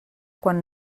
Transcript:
quan